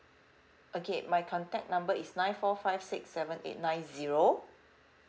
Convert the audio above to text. okay my contact number is nine four five six seven eight nine zero